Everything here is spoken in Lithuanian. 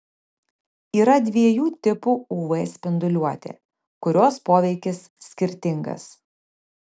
yra dviejų tipų uv spinduliuotė kurios poveikis skirtingas